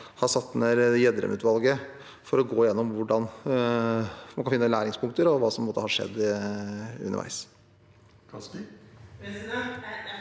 også satt ned Gjedrem-utvalget for å gå gjennom hvordan man kan finne læringspunkter, og hva som måtte ha skjedd underveis.